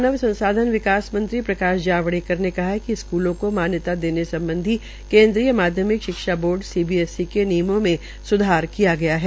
मानव संसाधन विकास मंत्री प्रकाश जावड़ेकर ने कहा है कि स्कूलों को मान्यता देने सम्बधी केन्द्रीय माध्यमिक शिक्षा बोर्ड सीबीएसई के नियमों में सुधार किया गया है